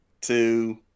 two